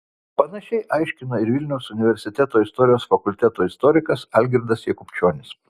panašiai aiškina ir vilniaus universiteto istorijos fakulteto istorikas algirdas jakubčionis